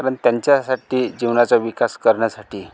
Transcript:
कारण त्यांच्यासाठी जीवनाचा विकास करण्यासाठी